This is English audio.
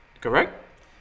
Correct